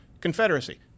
Confederacy